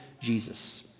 Jesus